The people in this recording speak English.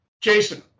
Jason